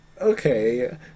okay